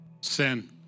Sin